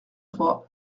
trois